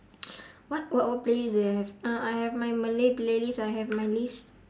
what what playlist do I have uh I have my malay playlist I have my list